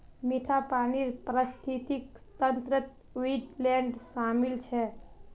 मीठा पानीर पारिस्थितिक तंत्रत वेट्लैन्ड शामिल छ